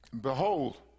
Behold